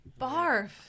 Barf